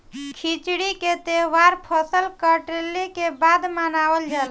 खिचड़ी के तौहार फसल कटले के बाद मनावल जाला